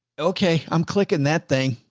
okay. i'm clicking that thing.